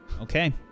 Okay